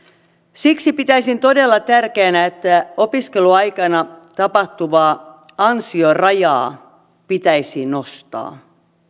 siksi pitäisin todella tärkeänä että opiskeluaikana tapahtuvaa ansiorajaa pitäisi nostaa